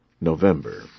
November